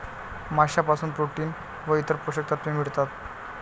माशांपासून प्रोटीन व इतर पोषक तत्वे मिळतात